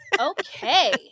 okay